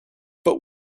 but